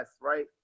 right